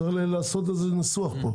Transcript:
צריך לעשות את הניסוח פה,